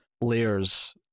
layers